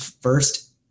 first